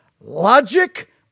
logic